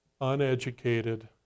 uneducated